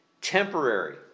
temporary